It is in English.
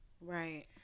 Right